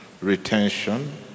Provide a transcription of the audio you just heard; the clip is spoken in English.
retention